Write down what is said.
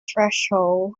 threshold